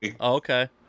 okay